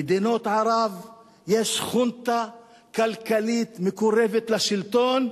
במדינות ערב יש חונטה כלכלית מקורבת לשלטון,